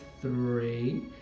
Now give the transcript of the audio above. three